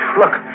look